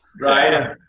right